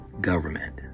government